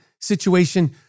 situation